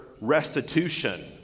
restitution